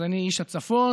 אז אני איש הצפון,